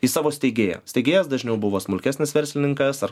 į savo steigėją steigėjas dažniau buvo smulkesnis verslininkas ar